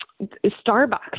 Starbucks